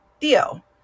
Theo